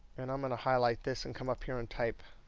and i'm going to highlight this and come up here and type,